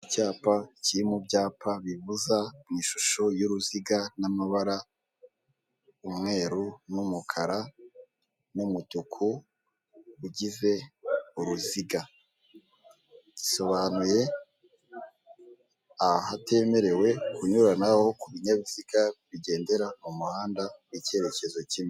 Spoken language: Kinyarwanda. Icyapa kiri mu byapa bibuza mu ishusho y'uruziga n'amabara umweru, n'umukara, n'umutuku ugize uruziga, bisobanuye ahatemerewe kunyuranaho ku binyabiziga bigendera mu muhanda mu cyerekezo kimwe.